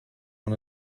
und